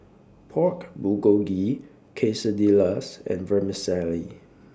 Pork Bulgogi Quesadillas and Vermicelli